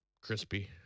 crispy